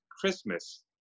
Christmas